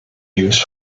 used